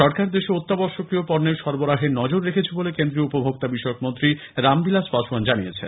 সরকার দেশে অত্যাবশ্যকীয় পণ্যের সরবরাহে নজর রেখেছে বলে কেন্দ্রীয় উপভোক্তা বিষয়ক মন্ত্রী রামবিলাস পাসোয়ান জানিয়েছেন